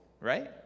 right